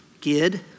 Gid